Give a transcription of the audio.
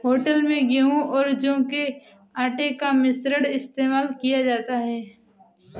hotel में गेहूं और जौ के आटे का मिश्रण इस्तेमाल किया जाता है